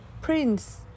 Prince